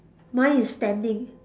mine is standing